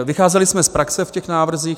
Vycházeli jsme z praxe v těch návrzích.